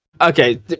Okay